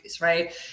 right